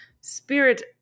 spirit